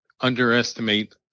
underestimate